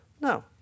no